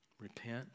repent